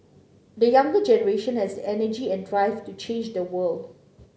the younger generation has the energy and drive to change the world